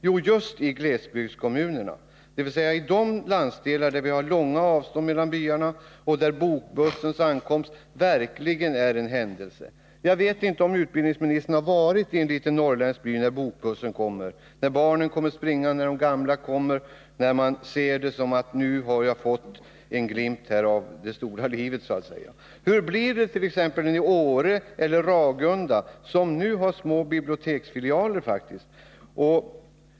Jo, just i glesbygdskommunerna — dvs. i de landsdelar där vi har långa avstånd mellan byarna och där bokbussens ankomst verkligen är en händelse. Jag vet inte om utbildningsministern har varit i en liten norrländsk by när bokbussen anländer och sett hur barnen kommer springande och hur de gamla sluter upp — man ser det så att man har fått en kontakt med livet i den stora verkligheten utanför. Hur blir det i t.ex. Åre eller Ragunda, som nu faktiskt har små biblioteksfilialer?